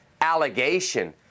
allegation